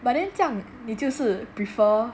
but then 这样你就是 prefer